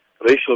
racial